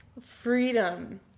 freedom